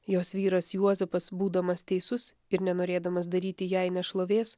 jos vyras juozapas būdamas teisus ir nenorėdamas daryti jai nešlovės